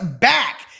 back